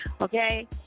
Okay